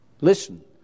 Listen